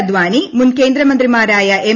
അദ്വാനി മുൻ കേന്ദ്രമന്ത്രിമാരായ എം